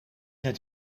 het